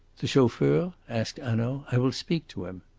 the chauffeur? asked hanaud. i will speak to him.